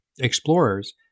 explorers